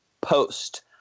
post